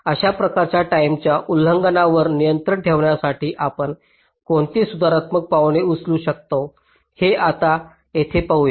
अशा प्रकारच्या टाईमच्या उल्लंघनांवर नियंत्रण ठेवण्यासाठी आपण कोणती सुधारात्मक पावले उचलू शकतो हे आता येथे पाहूया